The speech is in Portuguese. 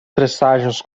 presságios